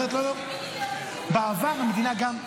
אחרת לא --- מקוואות לא --- בעבר המדינה גם,